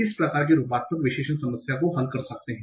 इस प्रकार वे रूपात्मक विश्लेषण समस्या को हल कर सकते हैं